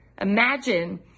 Imagine